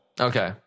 Okay